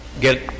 get